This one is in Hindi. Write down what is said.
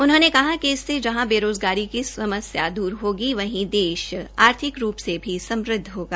उन्होंने कहा कि इससे जहां बेरोज़गारी की समस्यया दूर होगी वहीं देश आर्थिक रूप से भी समृद्व होगा